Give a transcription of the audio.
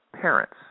parents